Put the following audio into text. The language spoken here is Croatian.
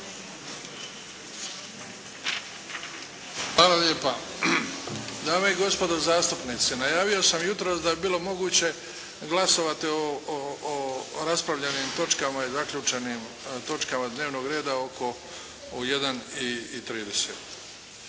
Hvala lijepa. Dame i gospodo zastupnici, najavio sam jutros da bi bilo moguće glasovati o raspravljenim točkama i zaključenim točkama dnevnog reda oko 13,30.